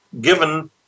given